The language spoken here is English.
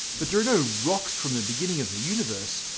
but there are no rocks from the beginning of the universe.